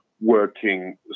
working